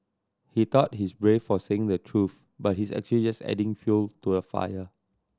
he thought he's brave for saying the truth but he's actually adding fuel to the fire